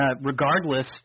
Regardless